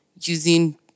using